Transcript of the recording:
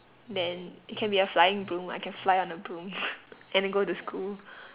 then it can be a flying broom I can fly on the broom then go to school